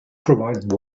provided